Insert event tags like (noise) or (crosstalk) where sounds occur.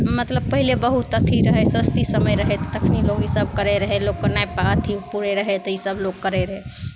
मतलब पहिले बहुत अथी रहै सस्ती समय रहै तखनि लोक इसभ करैत रहै लोकके नहि (unintelligible) तऽ इसभ लोक करैत रहै